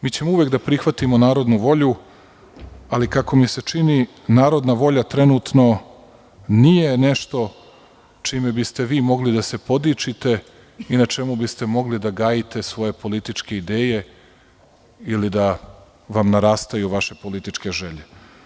Mi ćemo uvek da prihvatimo narodnu volju, ali kako mi se čini narodna volja trenutno nije nešto čime biste vi mogli da se podičite i na čemu biste mogli da gajite svoje političke ideje ili da vam narastaju vaše političke želje.